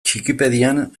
txikipedian